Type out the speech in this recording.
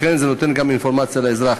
לכן זה נותן גם אינפורמציה לאזרח.